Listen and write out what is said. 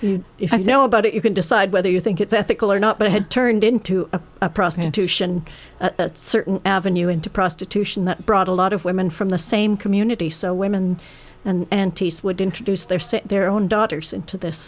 you know about it you can decide whether you think it's ethical or not but it had turned into prostitution certain avenue into prostitution that brought a lot of women from the same community so women and aunties would introduce their set their own daughters into this